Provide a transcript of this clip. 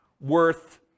worth